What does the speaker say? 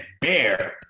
bear